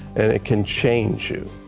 and it can change you.